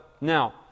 Now